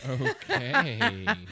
Okay